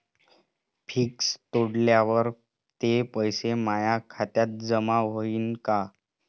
Fix तोडल्यावर ते पैसे माया खात्यात जमा होईनं का?